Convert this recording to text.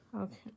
Okay